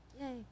Yay